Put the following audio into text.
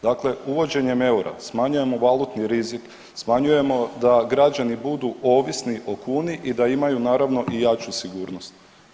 Dakle, uvođenjem eura smanjujemo valutni rizik, smanjujemo da građani budu ovisni o kuni i da imaju naravno i jaču sigurnost.